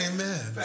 Amen